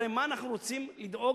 הרי מה אנחנו רוצים לדאוג,